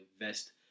invest